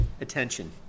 attention